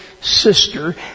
sister